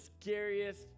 scariest